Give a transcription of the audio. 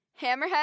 Hammerhead